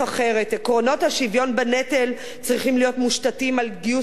עקרונות השוויון בנטל צריכים להיות מושתתים על גיוס לכול,